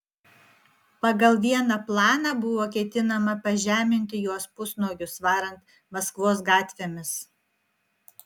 pagal vieną planą buvo ketinama pažeminti juos pusnuogius varant maskvos gatvėmis